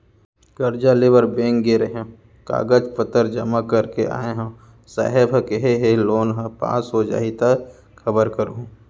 करजा लेबर बेंक गे रेहेंव, कागज पतर जमा कर के आय हँव, साहेब ह केहे हे लोन ह पास हो जाही त खबर करहूँ